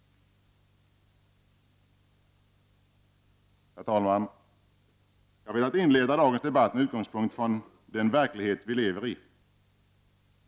Herr talman! Jag har velat inleda dagens debatt med utgångspunkt i den verklighet vi lever i.